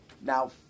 Now